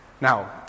Now